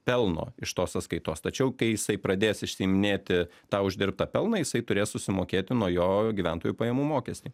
pelno iš tos sąskaitos tačiau kai jisai pradės išsiiminėti tą uždirbtą pelną jisai turės susimokėti nuo jo gyventojų pajamų mokestį